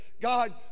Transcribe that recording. God